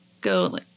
go